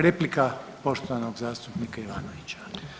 Replika poštovanog zastupnika Ivanovića.